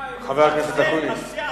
חבר הכנסת אקוניס.